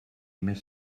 més